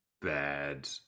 bad